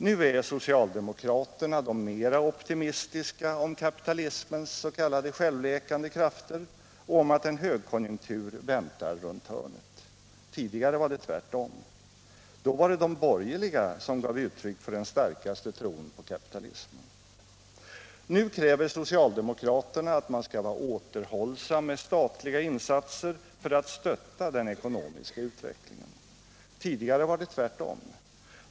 Nu är socialdemokraterna de mera optimistiska om kapitalismens ”självläkande krafter” och om att en högkonjunktur väntar runt hörnet. Tidigare var det tvärtom. Då var det de borgerliga som gav uttryck för den starkaste tron på kapitalismen. Nu kräver socialdemokraterna att man skall vara återhållsam med statliga insatser för att stötta den ekonomiska utvecklingen. Tidigare var det tvärtom.